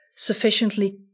Sufficiently